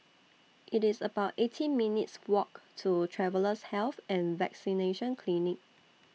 It's about eighteen minutes' Walk to Travellers' Health and Vaccination Clinic